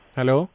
hello